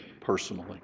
personally